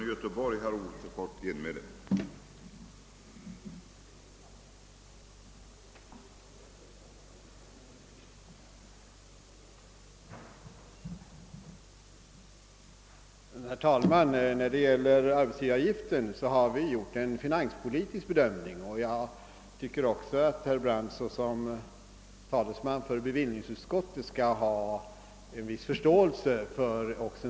Herr talman! När det gäller arbetsgivaravgiften har vi gjort en finanspolitisk bedömning, och jag tycker att herr Brandt som talesman för bevillningsutskottet skall ha en viss förståelse för detta.